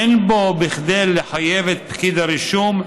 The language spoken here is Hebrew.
אין בו כדי לחייב את פקיד הרישום,